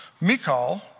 Michal